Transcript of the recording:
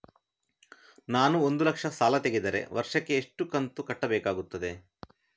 ನಾನು ಒಂದು ಲಕ್ಷ ಸಾಲ ತೆಗೆದರೆ ವರ್ಷಕ್ಕೆ ಎಷ್ಟು ಕಂತು ಕಟ್ಟಬೇಕಾಗುತ್ತದೆ?